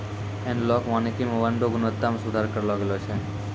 एनालाँक वानिकी मे वन रो गुणवत्ता मे सुधार करलो गेलो छै